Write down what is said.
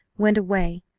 went away,